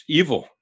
evil